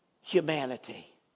humanity